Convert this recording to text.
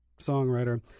Songwriter